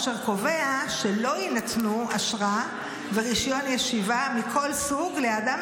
אשר קובע שלא יינתנו אשרה ורישיון ישיבה מכל סוג לאדם